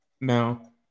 Now